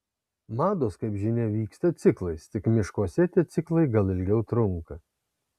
mados kaip žinia vyksta ciklais tik miškuose tie ciklai gal ilgiau trunka